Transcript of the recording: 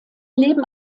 leben